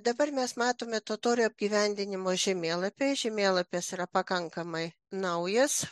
dabar mes matome totorių apgyvendinimo žemėlapyje žemėlapis yra pakankamai naujas